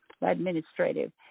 administrative